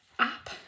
app